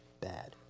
Bad